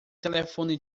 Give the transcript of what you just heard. telefone